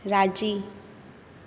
राजी